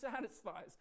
satisfies